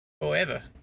Forever